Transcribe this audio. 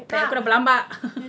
tahi aku dah berlambak